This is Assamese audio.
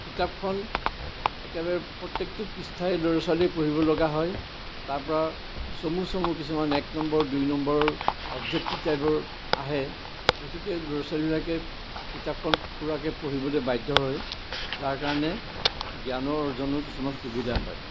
কিতাপখন একেবাৰে প্ৰত্যেকটো পৃষ্ঠাৰে ল'ৰা ছোৱালীয়ে পঢ়িব লগা হয় তাৰপৰা চমু চমু কিছুমান এক নম্বৰ দুই নম্বৰ অবজেক্টিভ টাইপৰ আহে গতিকে ল'ৰা ছোৱালীবিলাকে কিতাপখন পূৰাকৈ পঢ়িবলৈ বাধ্য হয় যাৰ কাৰণে জ্ঞানৰ অৰ্জনো কিছুমান সুবিধা হয়